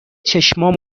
چشمام